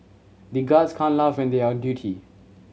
the guards can't laugh when they are on duty